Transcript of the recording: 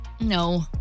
No